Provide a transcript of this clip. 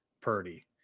Purdy